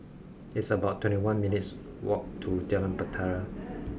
it's about twenty one minutes' walk to Jalan Bahtera